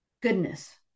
Goodness